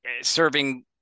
serving